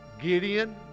Gideon